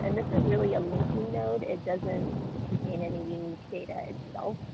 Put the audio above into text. and this is really a linking node it doesn't contain any unique data itself.